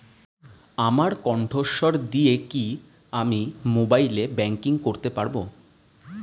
আমার কন্ঠস্বর দিয়ে কি আমি মোবাইলে ব্যাংকিং করতে পারবো?